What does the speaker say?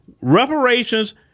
Reparations